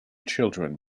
children